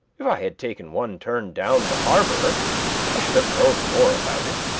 if i had taken one turn down the harbor i should have known more about it.